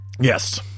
Yes